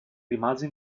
rimase